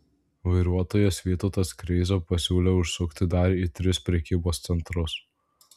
vairuotojas vytautas kreiza pasiūlė užsukti dar į tris prekybos centrus